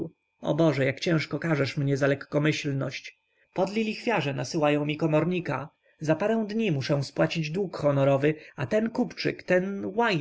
o boże jak ciężko karzesz mnie za lekkomyślność podli lichwiarze nasyłają mi komornika za parę dni muszę spłacić dług honorowy a ten kupczyk ten łajdak